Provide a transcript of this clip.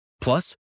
Plus